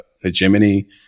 hegemony